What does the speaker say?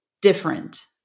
different